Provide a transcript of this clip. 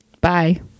Bye